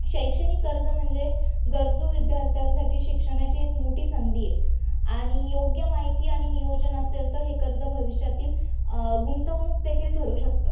शैक्षणिक कर्ज म्हणजे गरजू विद्यार्थ्यांसाठी शिक्षणाची एक मोठी संधी आहे आणि योग्य माहिती आणि नियोजन असेल तर हे कर्ज भविष्यातील गुंतवणूक देखील ठरू शकतं